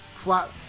flat